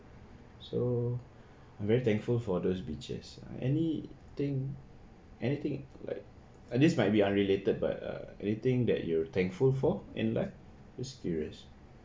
so very thankful for those beaches anything anything like ah this might be unrelated by err anything that you're thankful for in life just curious